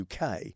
UK